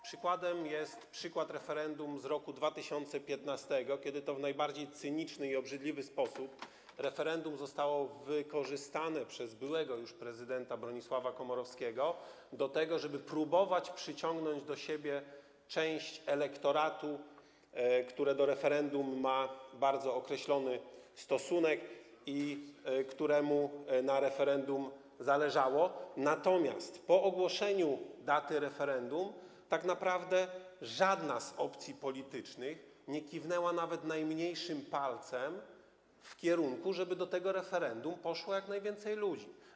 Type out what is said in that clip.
Przykładem jest referendum z roku 2015, kiedy to w najbardziej cyniczny i obrzydliwy sposób referendum zostało wykorzystane przez byłego już prezydenta Bronisława Komorowskiego do tego, żeby próbować przyciągnąć do siebie część elektoratu, który do referendum ma bardzo określony stosunek i któremu na referendum zależało, natomiast po ogłoszeniu daty referendum tak naprawdę żadna z opcji politycznych nie kiwnęła nawet najmniejszym palcem w tym kierunku, żeby do tego referendum poszło jak najwięcej ludzi.